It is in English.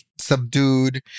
subdued